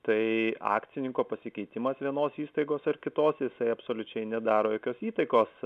tai akcininko pasikeitimas vienos įstaigos ar kitos jisai absoliučiai nedaro jokios įtakos